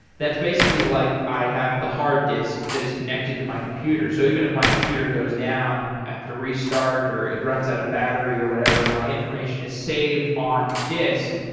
that's basically like i have the hard disk that is connected to my computer. so even if my computer goes down, i have to restart or it runs out of battery or whatever. my information is saved on disk.